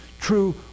true